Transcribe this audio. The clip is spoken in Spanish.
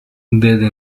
desde